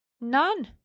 None